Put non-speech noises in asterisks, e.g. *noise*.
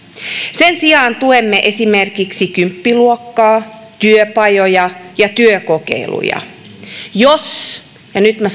sen sijaan tuemme esimerkiksi kymppiluokkaa työpajoja ja työkokeiluja jos ja nyt minä *unintelligible*